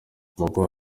boko